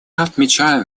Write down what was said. отмечаем